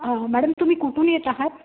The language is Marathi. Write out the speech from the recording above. मॅडम तुम्ही कुठून येत आहात